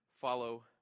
Follow